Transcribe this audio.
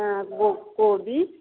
हँ को को कोबी